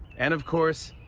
and, of course,